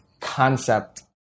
concept